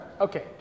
Okay